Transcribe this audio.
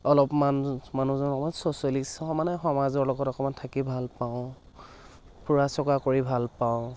অলপমান মানুহজন অলপমান ছচিয়েলিষ্ট মানে সমাজৰ লগত অকণমান থাকি ভাল পাওঁ ফুৰা চকা কৰি ভাল পাওঁ